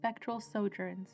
spectralsojourns